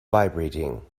vibrating